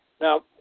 Now